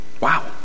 Wow